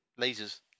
lasers